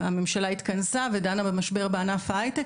הממשלה התכנסה ודנה במשבר בענף הייטק,